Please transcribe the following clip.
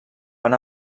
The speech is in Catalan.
van